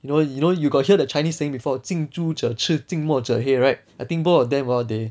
you know you know you got hear the chinese saying before 近朱者赤近墨者黑 right I think both of them hor they